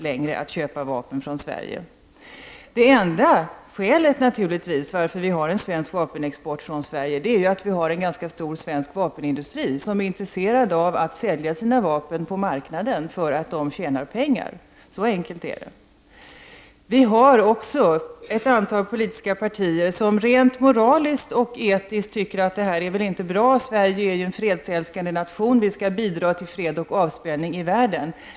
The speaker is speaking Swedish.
Det enda skälet till att vi har en svensk vapenexport är naturligtvis att vi har en ganska stor svensk vapenindustri. Denna är intresserad av att sälja sina vapen på marknaden för att tjäna pengar. Så enkelt är det. Det finns ett antal politiska partier som menar att detta rent moraliskt och etiskt inte är bra. Sverige är ju en fredsälskande nation, och vi skall bidra till fred och avspänning i världen.